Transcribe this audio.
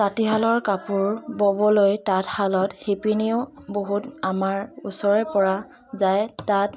তাঁতীশালৰ কাপোৰ ব'বলৈ তাঁতশালত শিপিনীও বহুতে আমাৰ ওচৰৰ পৰা যায় তাত